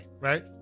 Right